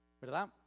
¿verdad